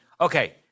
Okay